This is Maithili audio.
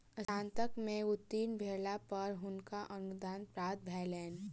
स्नातक में उत्तीर्ण भेला पर हुनका अनुदान प्राप्त भेलैन